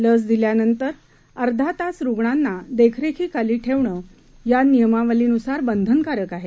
लसदिल्यानंतरअर्धातासरूग्णांनादेखरेखीखालीठेवणंयानियमावलीनुसारबंधनकारकआहे